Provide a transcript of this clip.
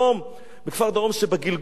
בכפר-דרום שבגלגול הראשון.